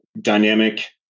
dynamic